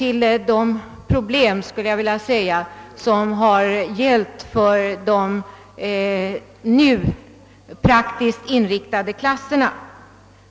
elevernas behov och lösa de problem som har gällt för de nu praktiskt inriktade klasserna.